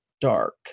dark